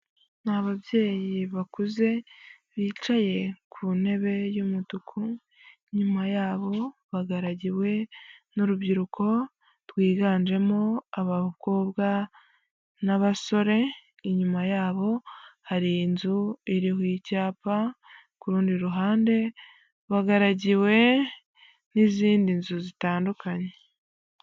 Ni babyeyi bakuze bicaye ku ntebe y'umutuku, inyuma yabo bagaragiwe n'urubyiruko rwiganjemo abakobwa n'abasore, inyuma yabo hari inzu iriho icyapa, ku rundi ruhande bagaragiwe n'izindi nzu zitandukanye.